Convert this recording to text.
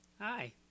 Hi